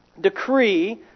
decree